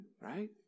right